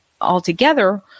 altogether